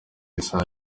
isaha